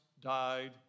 died